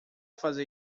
fazer